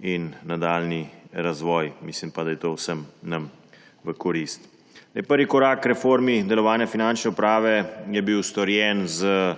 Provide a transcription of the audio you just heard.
in nadaljnji razvoj. Mislim, da je to vsem nam v korist. Prvi korak k reformi delovanja Finančne uprave je bil storjen v